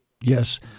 Yes